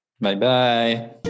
Bye-bye